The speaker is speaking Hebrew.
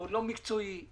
לא מקצועי,